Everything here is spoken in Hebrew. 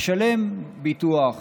משלם על ביטוח,